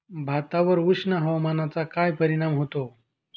भातावर उष्ण हवामानाचा काय परिणाम होतो?